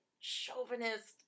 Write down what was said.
chauvinist